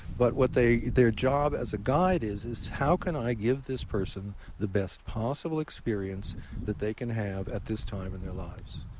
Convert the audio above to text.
but what their job as a guide is is, how can i give this person the best possible experience that they can have at this time in their lives?